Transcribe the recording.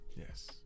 Yes